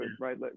right